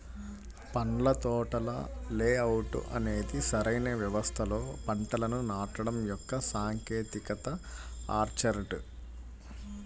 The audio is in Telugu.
పండ్ల తోటల లేఅవుట్ అనేది సరైన వ్యవస్థలో పంటలను నాటడం యొక్క సాంకేతికత ఆర్చర్డ్